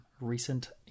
recent